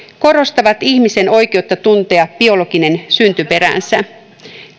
korostavat ihmisen oikeutta tuntea biologinen syntyperänsä myös